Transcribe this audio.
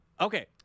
Okay